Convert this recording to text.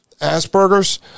asperger's